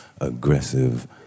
aggressive